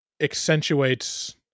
accentuates